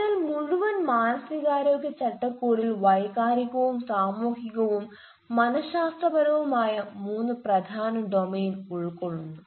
അതിനാൽ മുഴുവൻ മാനസികാരോഗ്യ ചട്ടക്കൂടിൽ വൈകാരികവും സാമൂഹികവും മന ശാസ്ത്രപരവുമായ മൂന്ന് പ്രധാന ഡൊമെയ്ൻ ഉൾക്കൊള്ളുന്നു